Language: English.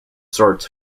sorts